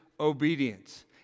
obedience